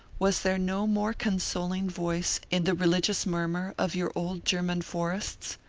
was there no more consoling voice in the religious murmur of your old german forests?